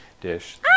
dish